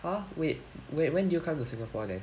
ah wait wait when did you come to singapore then